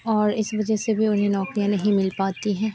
और इस वज़ह से भी नौकरियाँ नहीं मिल पाती हैं